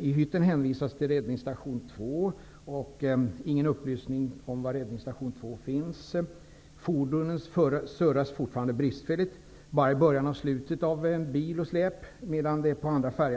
I hytten hänvisas till räddningsstation 2, men det ges ingen upplysning om var räddningsstation 2 finns. Fordonen surras fortfarande bristfälligt, bara framtill och baktill när det gäller bil med släp.